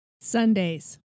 Sundays